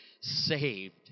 saved